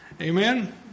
Amen